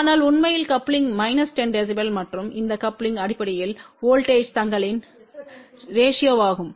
ஆனால் உண்மையில் coupling minus 10 dB மற்றும் இந்த கப்லிங் அடிப்படையில் வோல்ட்டேஜ்தங்களின் ரேஸியோமாகும்